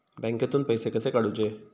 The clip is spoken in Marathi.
बँकेतून पैसे कसे काढूचे?